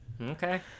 Okay